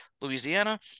Louisiana